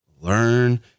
Learn